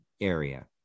area